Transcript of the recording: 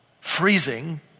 Freezing